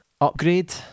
Upgrade